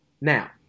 Now